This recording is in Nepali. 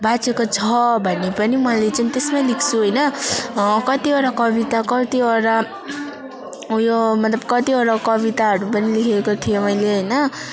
बाँचेको छ भने पनि मैले चाहिँ त्यसमा लेख्छु कतिवटा कविता कतिवटा उयो मतलब कतिवटा कविताहरू पनि लेखेको थिएँ मैले होइन